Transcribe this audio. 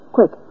Quick